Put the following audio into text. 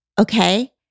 okay